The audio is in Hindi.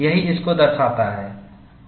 यही इसको दर्शाता है